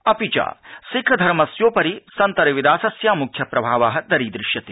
अपि च सिख धर्मस्योपरि संत रविदासस्य मुख्यप्रभाव दरीदृश्यते